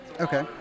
Okay